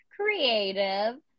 creative